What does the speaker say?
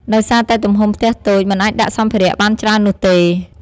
ដោយសារតែទំហំផ្ទះតូច មិនអាចដាក់សម្ភារៈបានច្រើននោះទេ។